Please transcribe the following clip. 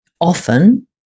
often